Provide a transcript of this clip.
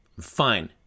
fine